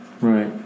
Right